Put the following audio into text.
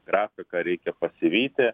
grafiką reikia pasivyti